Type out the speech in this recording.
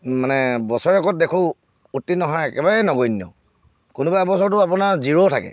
মানে বছৰেকত দেখোঁ উত্তীৰ্ণৰ হাৰ একেবাৰেই নগন্য কোনোবা এবছৰতো আপোনাৰ জিৰ' থাকে